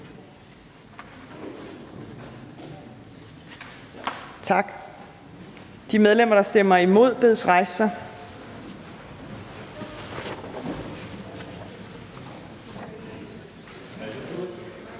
Tak. De medlemmer, der stemmer imod, bedes rejse sig. Tak.